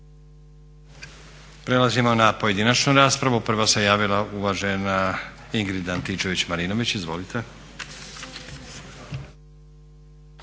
Prelazimo na pojedinačnu raspravu. Prva se javila uvažena Ingrid Antičević-Marinović. **Antičević